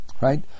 Right